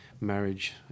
marriage